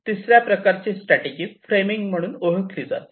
तिसऱ्या प्रकारची strategy framing म्हणून ओळख ओळखली जाते